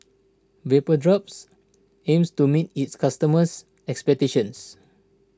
Vapodrops aims to meet its customers' expectations